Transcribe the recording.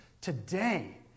today